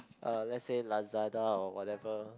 uh let's say Lazada or whatever